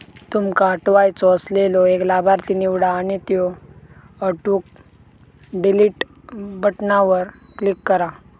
तुमका हटवायचो असलेलो एक लाभार्थी निवडा आणि त्यो हटवूक डिलीट बटणावर क्लिक करा